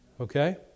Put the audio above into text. Okay